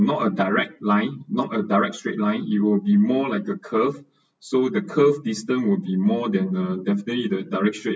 not a direct line not a direct straight line it'll be more like a curve so the curve distance will be more than uh definitely the direct straight